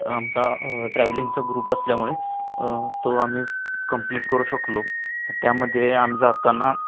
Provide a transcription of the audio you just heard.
आमचा ट्रॅव्हलिंगचा ग्रुप असल्यामुळे तो आम्ही कम्प्लीट करू शकलो त्यामध्ये आम्ही जाताना